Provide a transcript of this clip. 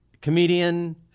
Comedian